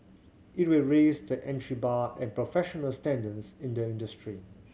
it will raise the entry bar and professional standards in the industry